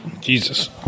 Jesus